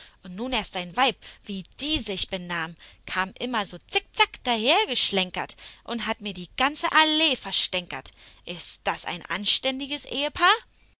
und nun erst sein weib wie die sich benahm kam immer so zickzack dahergeschlenkert und hat mir die ganze allee verstänkert ist das ein anständiges ehepaar